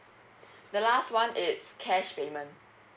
the last one it's cash payment